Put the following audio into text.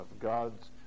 God's